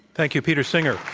thank you. peter singer.